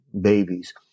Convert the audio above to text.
babies